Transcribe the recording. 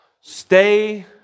Stay